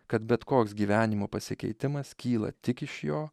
kad bet koks gyvenimo pasikeitimas kyla tik iš jo